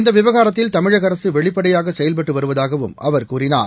இந்த விவகாரத்தில் தமிழக அரசு வெளிப்படையாக செயல்பட்டு வருவதாகவும் அவர் கூறினார்